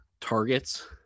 targets